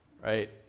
Right